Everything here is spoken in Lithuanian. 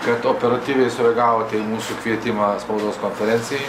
kad operatyviai sureagavot į mūsų kvietimą spaudos konferencijoj